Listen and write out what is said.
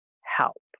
help